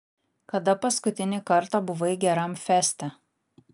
kada paskutinį kartą buvai geram feste